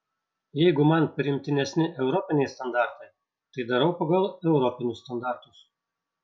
jeigu man priimtinesni europiniai standartai tai darau pagal europinius standartus